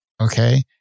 Okay